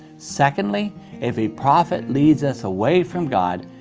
secondly, if a prophet leads us away from god,